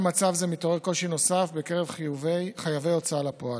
על רקע מצב זה מתעורר קושי נוסף בקרב חייבים של הוצאה לפועל.